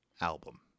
album